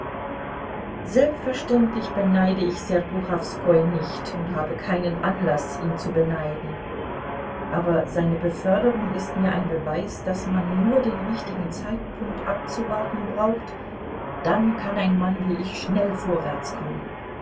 selbstverständlich beneide ich serpuchowskoi nicht und habe keinen anlaß ihn zu beneiden aber seine beförderung ist mir ein beweis daß man nur den richtigen zeitpunkt abzuwarten braucht dann kann ein mann wie ich schnell vorwärtskommen